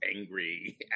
angry